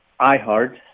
iHeart